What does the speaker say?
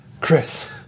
Chris